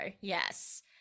Yes